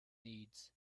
needs